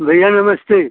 भैया नमस्ते